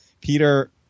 Peter